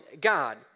God